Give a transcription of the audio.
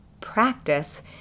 practice